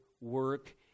work